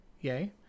yay